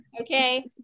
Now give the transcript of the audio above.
Okay